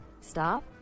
Stop